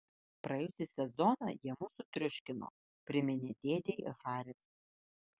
praėjusį sezoną jie mus sutriuškino priminė dėdei haris